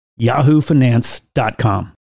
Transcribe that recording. yahoofinance.com